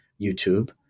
YouTube